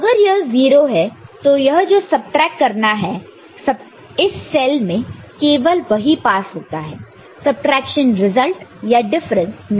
अगर यह 0 है तो यह जो सबट्रैक्ट करना इस सेल में केवल वही पास होता है सबट्रैक्शन रिजल्ट या डिफरेंस नहीं